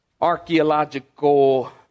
Archaeological